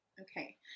Okay